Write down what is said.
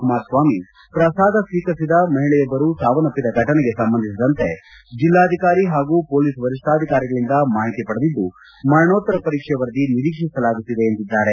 ಕುಮಾರಸ್ವಾಮಿ ಪ್ರಸಾದ ಸ್ವೀಕರಿಸಿದ ಮಹಿಳೆಯೊಬ್ಬರು ಸಾವನ್ನಪ್ಪಿದ ಘಟನೆಗೆ ಸಂಬಂಧಿಸಿದಂತೆ ಜಿಲ್ಲಾಧಿಕಾರಿ ಹಾಗೂ ಪೊಲೀಸ್ ವರಿಷ್ಠಾಧಿಕಾರಿಯಿಂದ ಮಾಹಿತಿ ಪಡೆದಿದ್ದು ಮರಣೋತ್ತರ ಪರೀಕ್ಷೆ ವರದಿ ನಿರೀಕ್ಷಿಸಲಾಗುತ್ತಿದೆ ಎಂದಿದ್ದಾರೆ